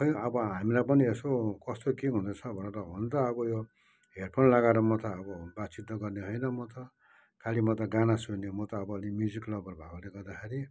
खै अब हामीलाई पनि यसो कस्तो के हुँदैछ भनेर हुनु त अब यो हेडफोन लगाएर म त अब बातचित त गर्ने होइन म त खालि म त गाना सुन्ने म त अब अलिक म्युजिक लबर भएकोले गर्दाखेरि